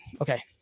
Okay